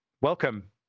welcome